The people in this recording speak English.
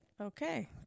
Okay